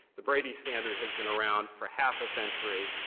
the brady standard has been around for half a century.